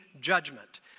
judgment